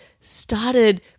started